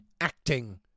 Acting